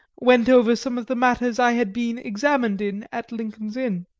went over some of the matters i had been examined in at lincoln's inn.